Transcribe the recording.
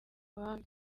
abami